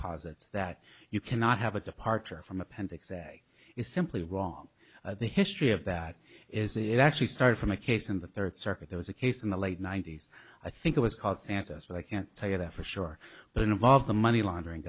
posits that you cannot have a departure from appendix a is simply wrong the history of that is it actually started from a case in the third circuit there was a case in the late ninety's i think it was called santos but i can't tell you that for sure but involved the money laundering